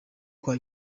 kwa